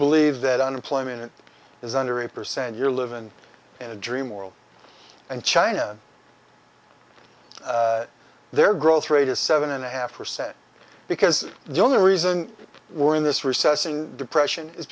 believe that unemployment is under eight percent you're livin in a dream world and china their growth rate is seven and a half percent because the only reason we're in this recession depression is